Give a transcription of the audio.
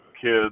kids